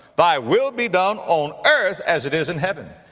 thy will be done on earth as it is in heaven.